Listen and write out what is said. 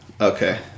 Okay